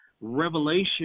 revelation